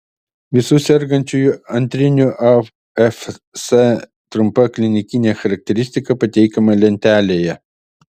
visų sergančiųjų antriniu afs trumpa klinikinė charakteristika pateikiama lentelėje